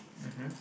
mmhmm